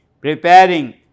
preparing